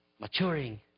Maturing